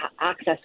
access